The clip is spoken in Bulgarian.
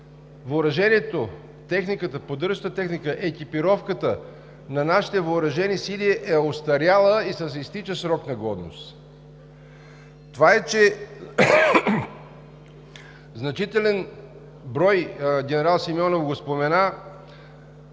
въоръжението, поддържащата техника, екипировката на нашите въоръжени сили е остаряла и с изтичащ срок на годност. Това е, че в значителен брой – генерал Симеонов го спомена,